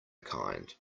kind